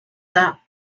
that